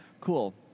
Cool